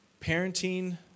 Parenting